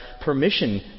permission